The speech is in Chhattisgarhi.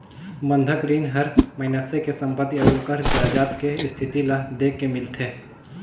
बंधक रीन हर मइनसे के संपति अउ ओखर जायदाद के इस्थिति ल देख के मिलथे